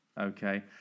Okay